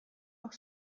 auch